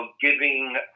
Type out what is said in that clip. giving